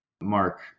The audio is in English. mark